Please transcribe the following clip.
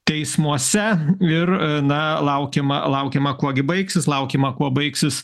teismuose ir na laukiama laukiama kuo gi baigsis laukiama kuo baigsis